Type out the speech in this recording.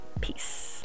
peace